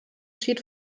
schied